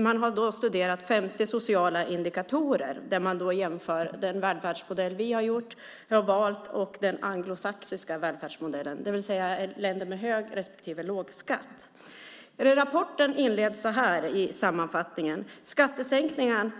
Man har studerat 50 sociala indikatorer och jämfört den välfärdsmodell som vi har valt och den anglosaxiska välfärdsmodellen, det vill säga en jämförelse mellan länder med hög respektive låg skatt. Rapportens sammanfattning inleds så här: Skattesänkningar